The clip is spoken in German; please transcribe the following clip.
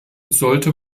sollte